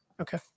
okay